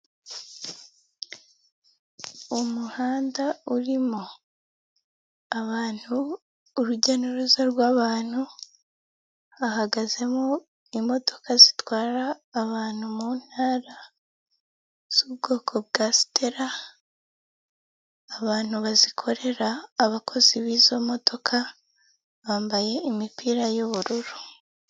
Umuhanda urimo abantu, urujya n'uruza rw'abantu, hahagazemo imodoka zitwara abantu mu ntara z'ubwoko bwa Stella, abantu bazikorera, abakozi b'izo modoka bambaye imipira y'ubururu.